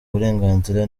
burenganzira